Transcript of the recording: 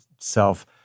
self